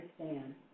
understand